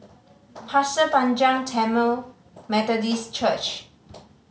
Pasir Panjang Tamil Methodist Church